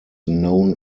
known